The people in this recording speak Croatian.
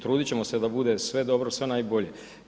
Trudit ćemo se da bude sve dobro, sve najbolje.